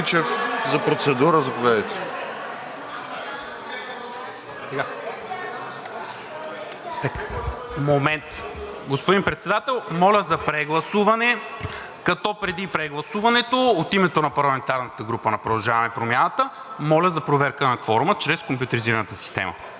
Промяната): Господин Председател, моля за прегласуване, като преди прегласуването от името на парламентарната група на „Продължаваме Промяната“ моля за проверка на кворума чрез компютризираната система.